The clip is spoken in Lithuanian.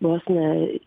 vos ne